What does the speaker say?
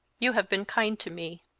you have been kind to me.